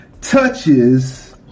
touches